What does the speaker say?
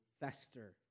fester